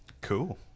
Cool